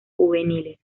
juveniles